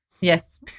Yes